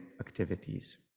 activities